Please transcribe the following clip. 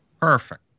Perfect